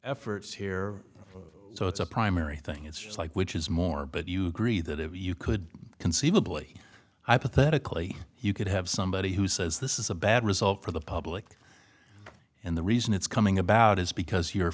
efforts here so it's a primary thing it's just like which is more but you agree that if you could conceivably hypothetically you could have somebody who says this is a bad result for the public and the reason it's coming about is because you're